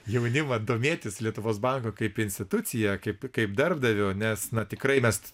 jaunimą domėtis lietuvos banku kaip institucija kaip kaip darbdaviu nes na tikrai mes